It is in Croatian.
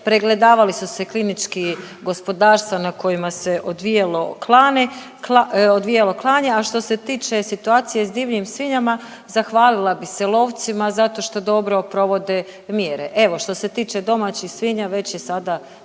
pregledavale su se klinički gospodarstva na kojima se odvijalo klanje. A što se tiče situacije s divljim svinjama zahvalila bih se lovcima zato što dobro provode mjere. Evo što se tiče domaćih svinja već je sada